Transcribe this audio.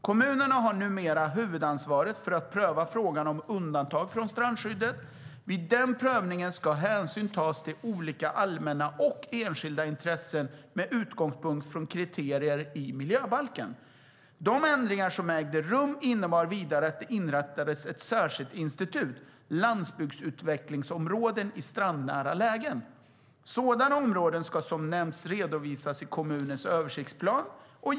Kommunerna har numera huvudansvaret för att pröva frågan om undantag från strandskyddet. Vid den prövningen ska hänsyn tas till olika allmänna och enskilda intressen med utgångspunkt i kriterierna i miljöbalken. De ändringar som ägde rum innebar vidare att det inrättades ett särskilt institut, Landsbygdsutveckling i strandnära lägen, för sådana områden. Områdena ska, som nämnts, redovisas i kommunernas översiktsplaner.